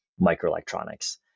microelectronics